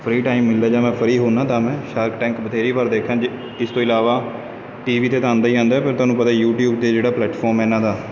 free time ਮਿਲਦਾ ਜਾਂ ਮੈਂ ਫਰੀ ਹੁੰਦਾ ਤਾਂ ਮੈਂ ਸ਼ਾਰਕ ਟੈਂਕ ਬਥੇਰੀ ਬਾਰ ਦੇਖਾ ਜੇ ਇਸ ਤੋਂ ਇਲਾਵਾ ਟੀ ਵੀ 'ਤੇ ਤਾਂ ਆਉਂਦਾ ਹੀ ਆਉਂਦਾ ਪਰ ਤੁਹਾਨੂੰ ਪਤਾ ਯੂਟੀਊਬ 'ਤੇ ਜਿਹੜਾ ਪਲੈਟਫਾਰਮ ਇਹਨਾਂ ਦਾ